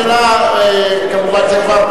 זה יתואם.